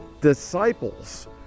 disciples